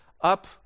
up